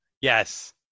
Yes